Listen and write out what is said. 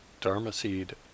dharmaseed